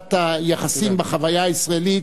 ברמת היחסים בחוויה הישראלית,